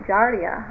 Jardia